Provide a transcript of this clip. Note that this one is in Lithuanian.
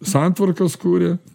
santvarkas kuria